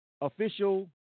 official